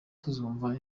tuzumva